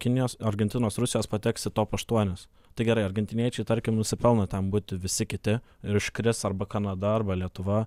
kinijos argentinos rusijos pateks į top aštuonis tai gerai argentiniečiai tarkim nusipelno ten būti visi kiti ir iškris arba kanada arba lietuva